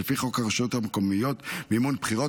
לפי חוק הרשויות המקומיות (מימון בחירות),